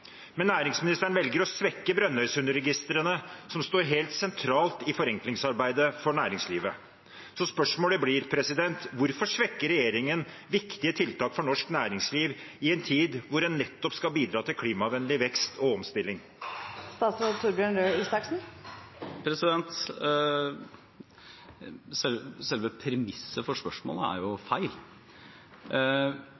men næringsministeren velger å svekke Brønnøysundregistrene, som står helt sentralt i forenklingsarbeidet for næringslivet. Så spørsmålet blir: Hvorfor svekker regjeringen viktige tiltak for norsk næringsliv i en tid da en nettopp skal bidra til klimavennlig vekst og omstilling?